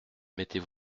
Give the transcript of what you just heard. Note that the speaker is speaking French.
mettez